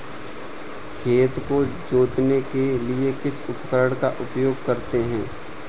खेत को जोतने के लिए किस उपकरण का उपयोग करते हैं?